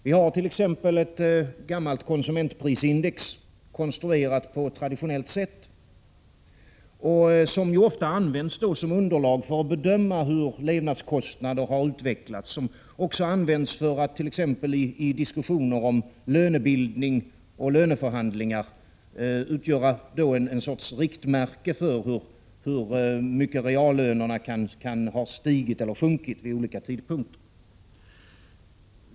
Vi har t.ex. ett gammalt konsumentprisindex, konstruerat på traditionellt sätt, som ofta används som underlag för att bedöma hur levnadskostnaderna har utvecklats. Det används även för att t.ex. i diskussioner om lönebildning och löneförhandlingar utgöra en sorts riktmärke för hur mycket reallönerna kan ha stigit eller sjunkit vid olika tidpunkter.